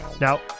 Now